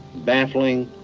baffling,